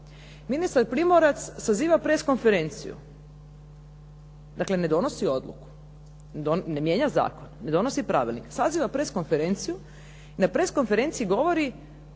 Ministar Primorac saziva press konferenciju. Dakle ne donosi odluku, ne mijenja zakon, ne donosi pravilnik. Saziva press konferenciju, na press konferenciji govori